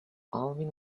alvin